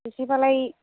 बिदिबालाय